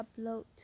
upload